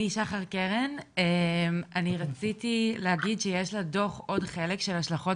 אני רציתי להגיד שיש לדוח עוד חלק של השלכות